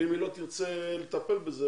ואם מ"מ המנכ"לית לא תרצה לטפל בזה,